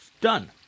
Done